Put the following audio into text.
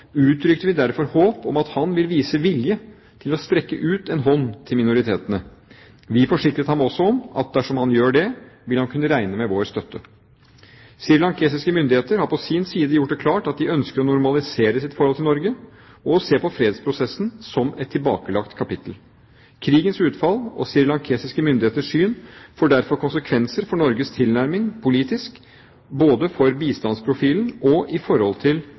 uttrykte vi derfor håp om at han vil vise vilje til å strekke ut en hånd til minoritetene. Vi forsikret ham også om at dersom han gjør det, vil han kunne regne med vår støtte. Srilankiske myndigheter har på sin side gjort det klart at de ønsker å normalisere sitt forhold til Norge og å se på fredsprosessen som et tilbakelagt kapittel. Krigens utfall og srilankiske myndigheters syn får derfor konsekvenser for Norges tilnærming politisk, både for bistandsprofilen og i forhold til